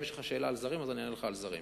אם יש לך שאלה על זרים, אני אענה לך על זרים.